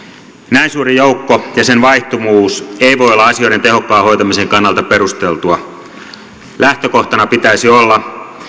näin suuri joukko ja sen vaihtuvuus eivät voi olla asioiden tehokkaan hoitamisen kannalta perusteltuja lähtökohtana pitäisi olla